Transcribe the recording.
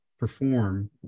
perform